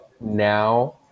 now –